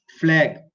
flag